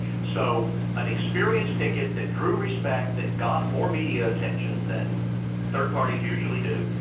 so an experience ticket that drew respect, that got more media attention than third parties usually do,